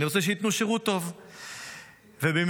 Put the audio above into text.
אני רוצה שייתנו שירות טוב,